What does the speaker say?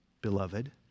beloved